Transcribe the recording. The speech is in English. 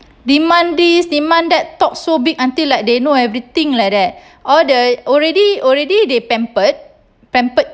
demand this demand that talk so big until like they know everything like that all the already already they pampered pampered